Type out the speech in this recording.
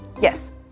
Yes